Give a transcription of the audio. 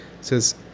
says